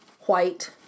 white